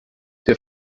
der